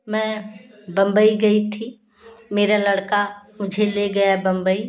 मैं बंबई गई थी मेरा लड़का मुझे ले गया बंबई